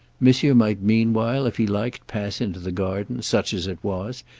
monsieur might meanwhile, if he liked, pass into the garden, such as it was,